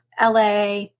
LA